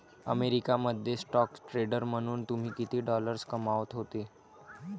America मध्ये stock trader म्हणून तुम्ही किती डॉलर्स कमावत होते